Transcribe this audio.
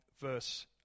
verse